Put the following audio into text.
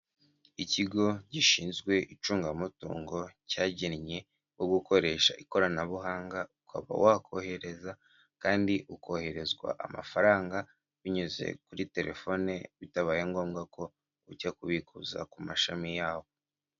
Ikigo gishinzwe icungamutungo cyagennye ko gukoresha ikoranabuhanga ukaba wakohereza kandi ukoherezwa amafaranga binyuze kuri telefoni bitabaye ngombwa ko ujya kubikuza ku mashami yawo.